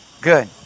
Good